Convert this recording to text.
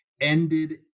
ended